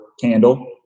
candle